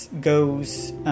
goes